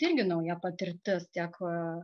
irgi nauja patirtis tiek